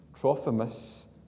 Trophimus